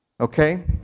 Okay